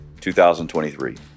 2023